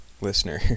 listener